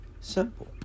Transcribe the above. simple